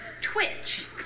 twitch